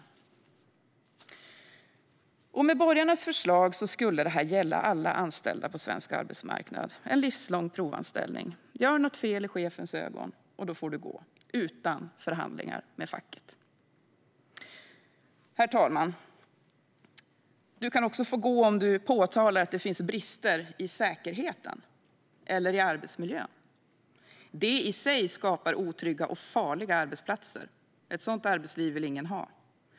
Med borgarnas förslag skulle detta gälla alla anställda på svensk arbetsmarknad - en livslång provanställning. Gör något fel i chefens ögon, och du får gå, utan förhandlingar med facket. Herr talman! Du kan också få gå om du påtalar att det finns brister i säkerheten eller i arbetsmiljön. Detta i sig skapar otrygga och farliga arbetsplatser. Ett sådant arbetsliv vill ingen ha.